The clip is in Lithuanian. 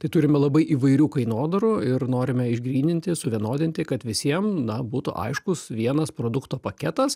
tai turime labai įvairių kainodarų ir norime išgryninti suvienodinti kad visiem na būtų aiškus vienas produkto paketas